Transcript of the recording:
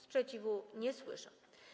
Sprzeciwu nie słyszę.